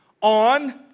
on